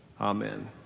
Amen